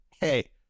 Hey